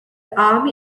army